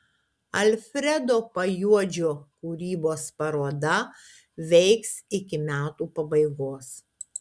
alfredo pajuodžio kūrybos paroda veiks iki metų pabaigos